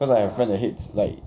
cause I have a friend that hates like